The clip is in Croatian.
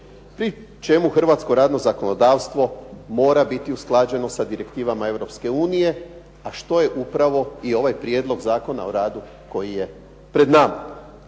pri čemu hrvatsko radno zakonodavstvo mora biti usklađeno sa direktivama Europske unije, a što je upravo i ovaj prijedlog Zakona o radu koji je pred nama.